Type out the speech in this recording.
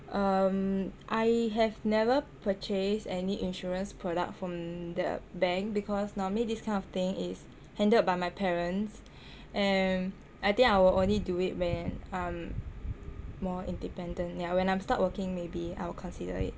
um I have never purchased any insurance product from the bank because normally this kind of thing is handled by my parents and I think I will only do it when I'm more independent yeah when I'm start working maybe I will consider it